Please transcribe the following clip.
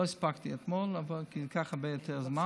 לא הספקתי אתמול, כי זה ייקח הרבה יותר זמן.